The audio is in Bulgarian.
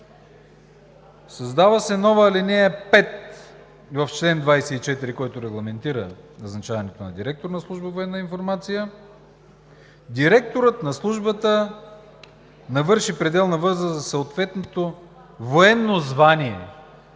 създава нова ал. 5 в чл. 24, който регламентира назначаването на директор на Служба „Военна информация“: „…директорът на Службата, навършил пределната възраст за съответното военно звание,